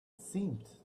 seemed